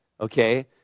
Okay